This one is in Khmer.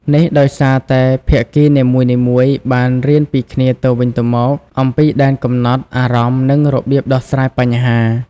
នេះដោយសារតែភាគីនីមួយៗបានរៀនពីគ្នាទៅវិញទៅមក អំពីដែនកំណត់ អារម្មណ៍ និងរបៀបដោះស្រាយបញ្ហា។